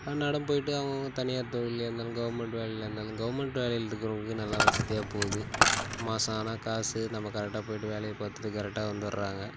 அன்றாடம் போய்ட்டு அவங்க அங்க தனியார் தொழில்ல இருந்தாலும் கவர்மெண்ட் வேலையில இருந்தாலும் கவர்மெண்ட் வேலையில இருக்கிறவங்களுக்கு நல்லா வசதியாக போகுது மாதம் ஆனால் காசு நம்ம கரெக்டா போய்ட்டு வேலையை பார்த்துட்டு கரெக்டா வந்துடுறாங்க